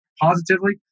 positively